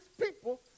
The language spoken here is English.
people